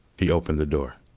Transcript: he opened the door,